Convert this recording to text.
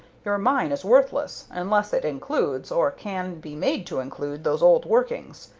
your mine is worthless, unless it includes, or can be made to include, those old workings.